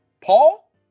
Paul